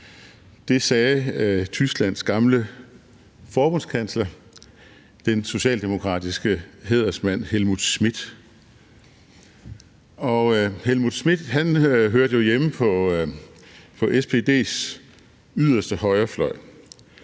Det sagde Tysklands gamle forbundskansler, den socialdemokratiske hædersmand Helmut Schmidt. Helmut Schmidt hørte jo hjemme på SPD's yderste højrefløj,